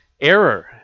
error